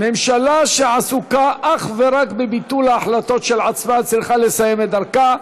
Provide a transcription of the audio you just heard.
ממשלה שעסוקה אך ורק בביטול ההחלטות של עצמה צריכה לסיים את דרכה,